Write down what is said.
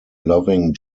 loving